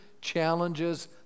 challenges